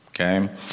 Okay